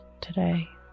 today